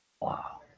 Wow